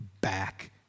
back